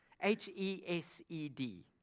H-E-S-E-D